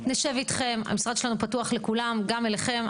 נשב אתכם, המשרד שלנו פתוח לכולם, גם אליכם.